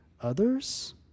others